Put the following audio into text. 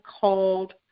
called